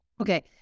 okay